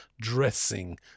dressing